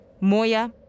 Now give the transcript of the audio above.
Moya